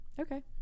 okay